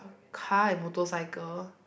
car and motorcycle